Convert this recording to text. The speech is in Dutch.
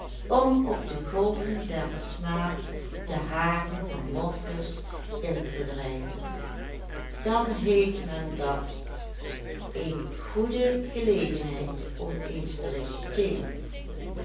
om op de golven der versmaat de haven van morpheus in te drijven dan heet men dat een goede gelegenheid om eens te reciteeren